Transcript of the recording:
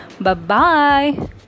bye-bye